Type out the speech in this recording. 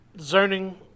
zoning